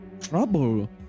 trouble